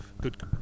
Good